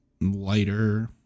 lighter